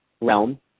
realm